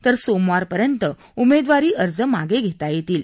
तर सोमवारपर्यंत उमेदवारी अर्ज मागे घेता येतील